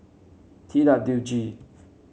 T W G